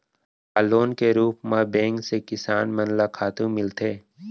का लोन के रूप मा बैंक से किसान मन ला खातू मिलथे?